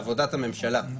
זה שיקול שקשור לעבודת הממשלה.